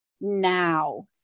now